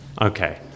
Okay